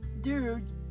dude